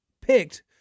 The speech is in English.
picked